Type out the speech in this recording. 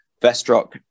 Vestrock